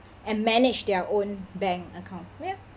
and manage their own bank account ya